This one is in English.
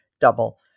double